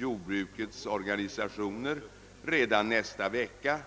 jordbrukets organisationer redan nästa vecka.